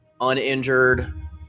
uninjured